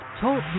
TALK